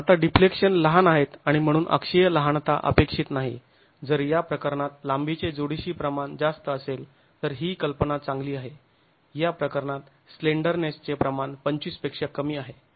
आता डिफ्लेक्शन लहान आहेत आणि म्हणून अक्षीय लहानता अपेक्षित नाही जर या प्रकरणात लांबीचे जोडीशी प्रमाण जास्त असेल तर ही कल्पना चांगली आहे या प्रकरणात स्लेंडरनेस चे प्रमाण 25 पेक्षा कमी आहे